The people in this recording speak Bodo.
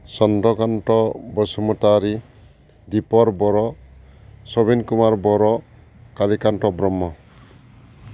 चन्द्र' कान्त बसुमतारि दिपर बर' सुबिन कुमार बर' कारिकान्त ब्रह्म